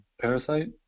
Parasite